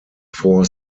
four